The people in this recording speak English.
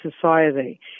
society